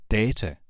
data